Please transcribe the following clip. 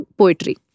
poetry